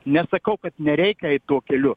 nesakau kad nereikia eit tuo keliu